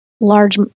large